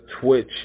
Twitch